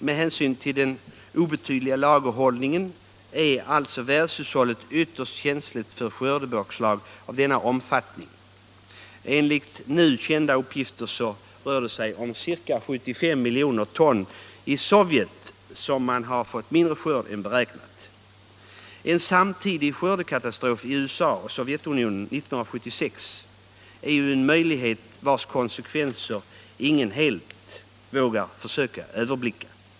Med hänsyn till den obetydliga lagerhållningen är världshushållet ytterst känsligt för skördebakslag av denna omfattning. Enligt nu kända uppgifter har Sovjet nu fått en skörd på 75 miljoner ton mindre än beräknat. En samtidig skördekatastrof i USA och Sovjetunionen 1976 är en möjlighet vars konsekvenser ingen helt vågar överblicka.